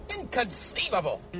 Inconceivable